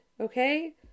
Okay